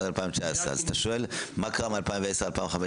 2019. אז אתה שואל מה קרה מ-2010 עד 2015?